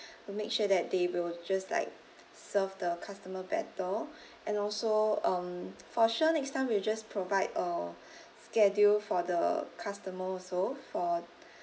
to make sure that they will just like serve the customer better and also um for sure next time we'll just provide uh schedule for the customer also for